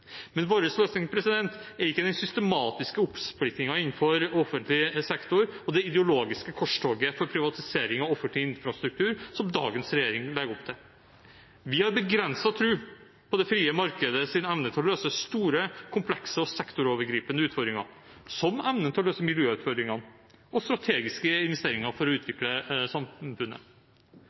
Men vår løsning er ikke den systematiske oppsplittingen innenfor offentlig sektor og det ideologiske korstoget for privatisering av offentlig infrastruktur som dagens regjering legger opp til. Vi har begrenset tro på det frie markedets evne til å løse store, komplekse og sektorovergripende utfordringer, som miljøutfordringene og strategiske investeringer for å